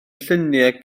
lluniau